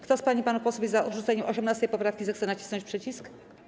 Kto z pań i panów posłów jest za odrzuceniem 18. poprawki, zechce nacisnąć przycisk.